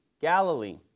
Galilee